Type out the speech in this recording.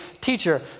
teacher